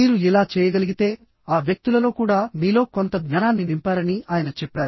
మీరు ఇలా చేయగలిగితే ఆ వ్యక్తులలో కూడా మీలో కొంత జ్ఞానాన్ని నింపారని ఆయన చెప్పారు